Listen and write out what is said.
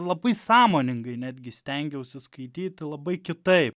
labai sąmoningai netgi stengiausi skaityti labai kitaip